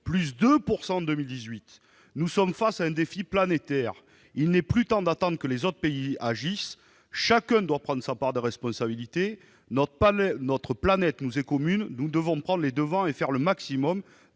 plus de 2 % en 2018. Nous sommes devant un défi planétaire ; il n'est plus temps d'attendre que les autres pays agissent, chacun doit prendre sa part de responsabilités. Notre planète nous est commune, nous devons prendre les devants et faire le maximum,